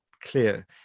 clear